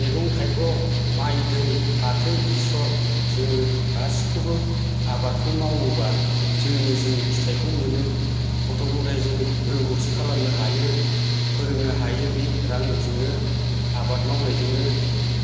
मैगं थाइगं माइ दै फाथो बेसर जोङो गासिबखौबो आबादखौ मावोब्ला जोंनो जों फिथायखौ मोनो गथ' गथाय जों रोंग'थि खालामनो हायो फोरोंनो हायो बि रांजोंनो आबाद मावनायजोंनो